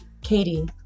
Katie